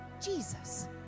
Jesus